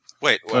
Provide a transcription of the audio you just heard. Wait